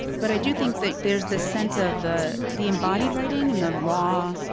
but i do think that there's this sense of the the embodied writing and the raw,